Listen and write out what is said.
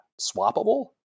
swappable